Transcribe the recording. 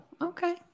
okay